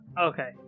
Okay